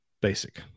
basic